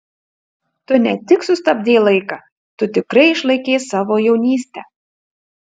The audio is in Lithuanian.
tu ne tik sustabdei laiką tu tikrai išlaikei savo jaunystę